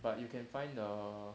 but you can find the